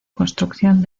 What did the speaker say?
construcción